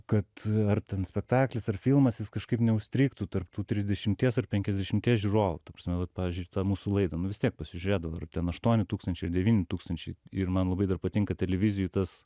kad ar ten spektaklis ar filmas jis kažkaip neužstrigtų tarp tų trisdešimties ar penkiasdešimties žiūrovų ta prasme vat pavyzdžiui tą mūsų laidą nu vis tiek pasižiūrėdavo ar ten aštuoni tūkstančiai ar devyni tūkstančiai ir man labai patinka televizijų tas